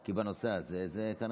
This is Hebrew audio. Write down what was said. כי בנושא הזה כנראה,